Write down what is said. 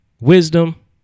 wisdom